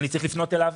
אני צריך לפנות אליו,